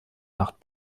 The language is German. nacht